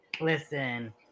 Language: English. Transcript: Listen